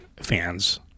fans